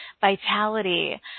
vitality